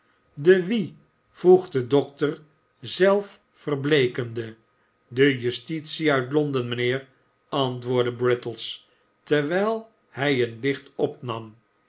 de wie vroeg de dokter zelf verbleekende de justitie uit londen mijnheer antwoordde brittles terwijl hij een licht opnam